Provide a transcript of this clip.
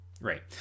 Right